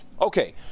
Okay